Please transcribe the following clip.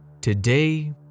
Today